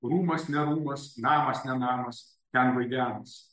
rūmas ne rūmas namas ne namas ten vaidenas